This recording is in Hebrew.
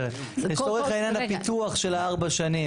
לצורך העניין הפיתוח של ארבע השנים,